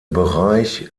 bereich